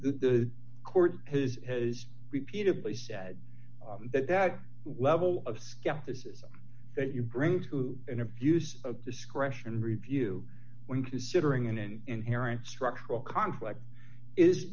the court has has repeatedly said that that level of skepticism that you bring to an abuse of discretion review when considering an inherent structural conflict is